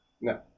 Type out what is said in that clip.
No